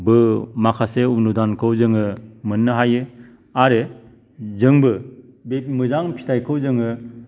बो माखासे अनुदानखौ जोङो मोन्नो हायो आरो जोंबो बे मोजां फिथायखौ जोङो